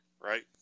Right